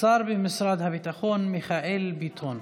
השר במשרד הביטחון מיכאל ביטון.